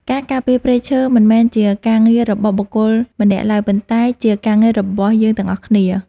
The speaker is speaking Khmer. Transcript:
ការការពារព្រៃឈើមិនមែនជាការងាររបស់បុគ្គលម្នាក់ឡើយ ប៉ុន្តែជាការងាររបស់យើងទាំងអស់គ្នា។